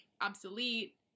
obsolete